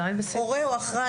לא לגבי החוק עצמו.